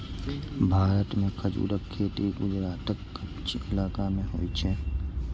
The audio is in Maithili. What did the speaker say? भारत मे खजूरक खेती गुजरातक कच्छ इलाका मे होइ छै